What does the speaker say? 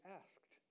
asked